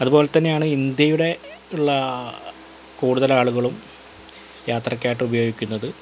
അത് പോലെ തന്നെയാണ് ഇന്ത്യയുടെ ഉള്ള കൂടുതൽ ആളുകളും യാത്രയ്ക്കായിട്ട് ഉപയോഗിക്കുന്നത്